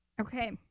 Okay